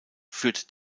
führt